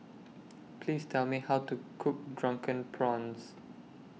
Please Tell Me How to Cook Drunken Prawns